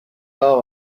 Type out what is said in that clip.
اقا